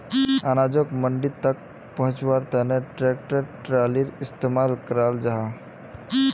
अनाजोक मंडी तक पहुन्च्वार तने ट्रेक्टर ट्रालिर इस्तेमाल कराल जाहा